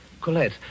Colette